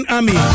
Army